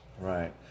right